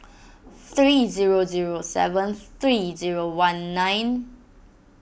three zero zero seven three zero one nine